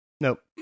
nope